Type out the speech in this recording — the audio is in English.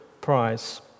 prize